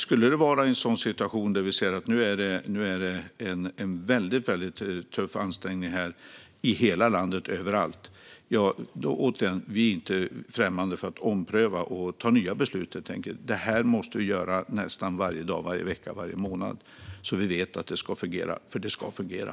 Skulle det uppstå en tuff situation där vi ser att nu är det väldigt ansträngt i hela landet, överallt, är vi inte främmande för att ompröva och fatta nya beslut. Det måste vi göra nästan varje dag, varje vecka, varje månad så att vi vet att det fungerar, för det ska fungera.